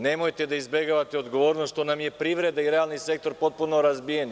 Nemojte da izbegavate odgovornost što nam je privreda i realni sektor potpuno razbijen.